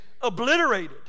obliterated